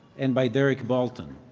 and by derek balton.